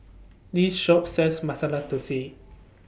This Shop sells Masala Thosai